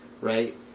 Right